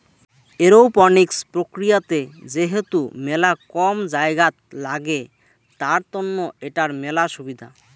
aeroponics প্রক্রিয়াতে যেহেতু মেলা কম জায়গাত লাগে, তার তন্ন এটার মেলা সুবিধা